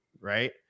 right